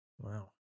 wow